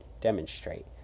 demonstrate